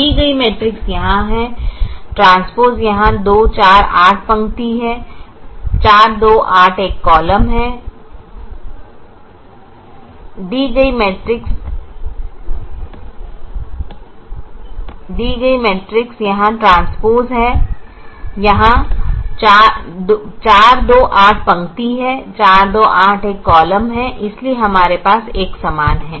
दी गई मैट्रिक्स यहाँ है ट्रांसपोज़ यहाँ 4 2 8 पंक्ति है 4 2 8 एक कॉलम है इसलिए हमारे पास एक समान है